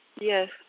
Yes